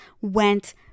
went